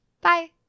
Bye